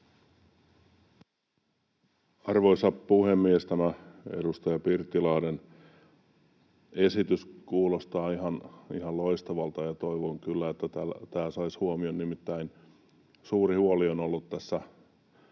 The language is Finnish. Arvoisa puhemies! Tämä edustaja Pirttilahden esitys kuulostaa ihan loistavalta, ja toivon kyllä, että tämä saisi huomion. Nimittäin suuri huoli on ollut,